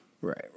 Right